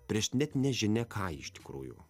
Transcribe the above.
prieš net nežinia ką iš tikrųjų